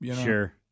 Sure